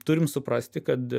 turim suprasti kad